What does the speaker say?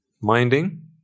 Minding